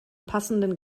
passenden